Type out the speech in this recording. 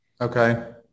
Okay